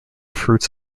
fruits